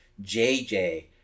JJ